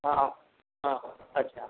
हो हो हो हो अच्छा